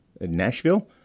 Nashville